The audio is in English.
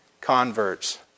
converts